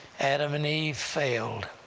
adam and eve failed,